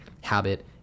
habit